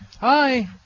Hi